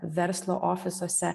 verslo ofisuose